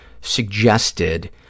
suggested